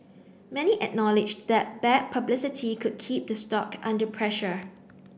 many acknowledge that bad publicity could keep the stock under pressure